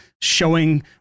showing